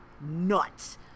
nuts